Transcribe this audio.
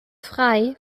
frei